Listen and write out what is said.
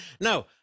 No